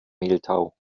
mehltau